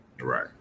Right